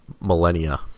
millennia